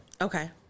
Okay